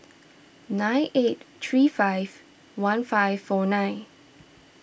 nine eight three five one five four nine